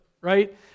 right